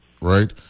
right